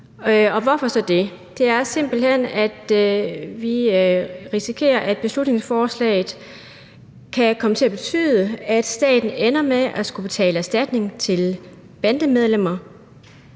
Hvorfor så det? Det er simpelt hen sådan, at vi risikerer, at det kan komme til at betyde, at staten ender med at skulle betale erstatning til bandemedlemmer,